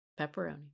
pepperoni